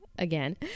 again